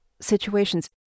situations